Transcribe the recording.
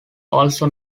also